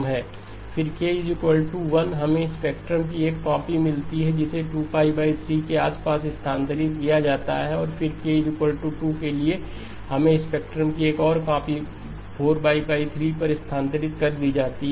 फिर k 1 हमें spectrum की एक कॉपी मिलती है जिसे 2 3 के आस पास स्थानांतरित किया जाता है और फिर k 2 के लिए हमें स्पेक्ट्रम की एक और कॉपी 4 3 पर स्थानांतरित कर दी जाती है